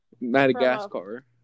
Madagascar